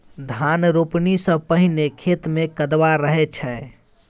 धान रोपणी सँ पहिने खेत मे कदबा रहै छै